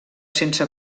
sense